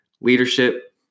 leadership